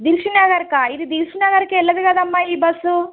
దిల్సుఖ్నగర్కా ఇది దిల్సుఖ్నగర్కి వెళ్ళదు కదమ్మా ఈ బస్సు